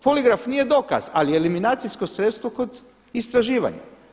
Poligraf nije dokaz ali je eliminacijsko sredstvo kod istraživanja.